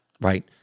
Right